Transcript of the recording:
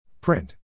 Print